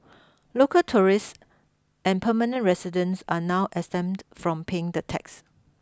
local tourists and permanent residents are now exempted from paying the tax